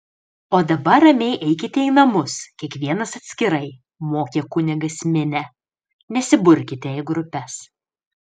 o dabar ramiai eikite į namus kiekvienas atskirai mokė kunigas minią nesiburkite į grupes